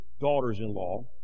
daughters-in-law